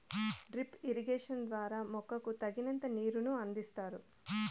drip irrigation ద్వారా మొక్కకు తగినంత నీరును అందిస్తారు